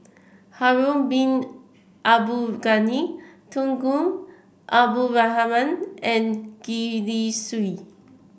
Harun Bin Abdul Ghani Tunku Abdul Rahman and Gwee Li Sui